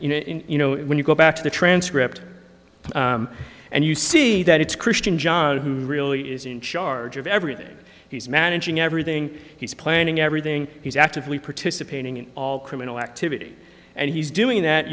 know you know when you go back to the transcript and you see that it's christian john who really is in charge of everything he's managing everything he's planning everything he's actively participating in all criminal activity and he's doing that